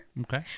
Okay